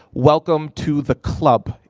welcome to the club.